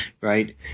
right